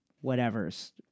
whatever's